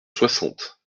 soixante